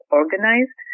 organized